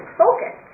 focus